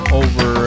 over